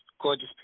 gorgeous